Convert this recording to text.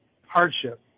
hardship